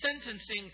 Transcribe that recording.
sentencing